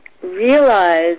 realize